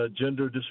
gender